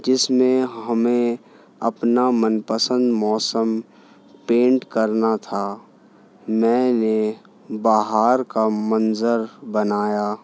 جس میں ہمیں اپنا من پسند موسم پینٹ کرنا تھا میں نے بہار کا منظر بنایا